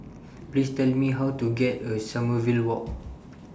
Please Tell Me How to get A Sommerville Walk